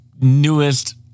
newest